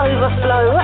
Overflow